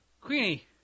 Queenie